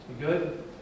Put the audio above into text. good